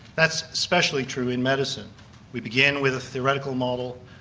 that's especially true in medicine we begin with a theoretical model,